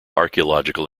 archaeological